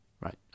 Right